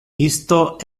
isto